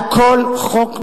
על כל חוק מסים,